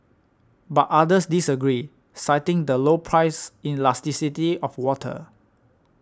but others disagree citing the low price elasticity of water